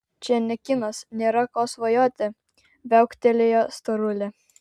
čia ne kinas nėra ko svajoti viauktelėjo storulė